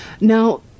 Now